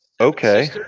Okay